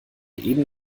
eben